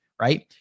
Right